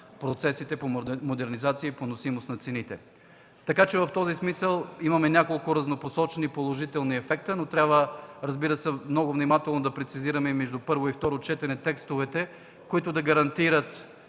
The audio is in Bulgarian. процесите по модернизация и поносимост на цените. В този смисъл имаме няколко разнопосочни положителни ефекти, но трябва, разбира се, много внимателно да прецизираме между първо и второ четене текстовете, които да гарантират